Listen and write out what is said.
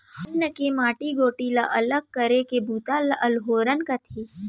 अन्न ले माटी गोटी ला अलग करे के बूता ल अल्होरना कथें